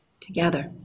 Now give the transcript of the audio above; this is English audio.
together